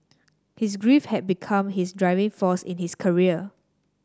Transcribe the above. his grief had become his driving force in his career